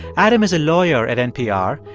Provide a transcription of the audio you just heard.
adam is a lawyer at npr,